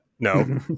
No